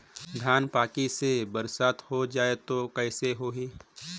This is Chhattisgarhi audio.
धान पक्की से बरसात हो जाय तो कइसे हो ही?